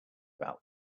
about